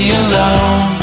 alone